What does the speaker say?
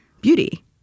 beauty